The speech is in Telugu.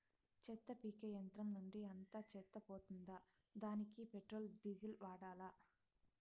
చెత్త పీకే యంత్రం నుండి అంతా చెత్త పోతుందా? దానికీ పెట్రోల్, డీజిల్ వాడాలా?